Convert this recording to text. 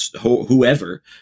whoever –